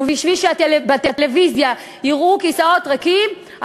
ובשביל שבטלוויזיה יראו כיסאות ריקים,